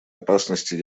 опасности